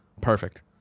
Perfect